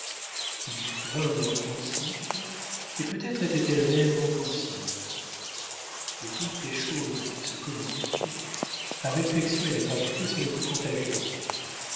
il lui trouva un air pensif et peut-être était-elle réellement pensive de toutes les choses qui se communiquent la réflexion et la gravité sont les plus contagieuses